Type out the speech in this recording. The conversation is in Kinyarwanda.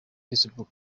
facebook